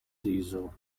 diesel